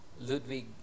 Ludwig